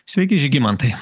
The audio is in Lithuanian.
sveiki žygimantai